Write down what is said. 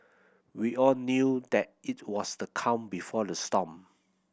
we all knew that it was the calm before the storm